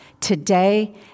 today